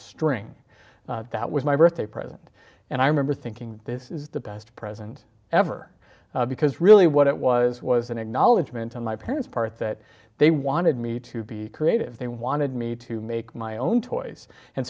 string that was my birthday present and i remember thinking this is the best present ever because really what it was was an acknowledgement on my parents part that they wanted me to be creative they wanted me to make my own toys and